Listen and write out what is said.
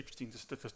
interesting